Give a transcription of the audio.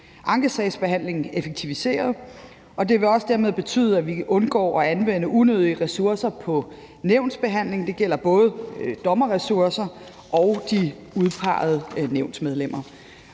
ankesagsbehandlingen effektiviseret, og det vil også dermed betyde, at vi undgår at anvende unødige ressourcer på nævnsbehandling. Det gælder både i forhold til dommerressourcer og i forhold til de udpegede nævnsmedlemmer.